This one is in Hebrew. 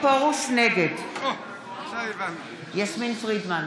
נגד יסמין פרידמן,